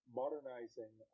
modernizing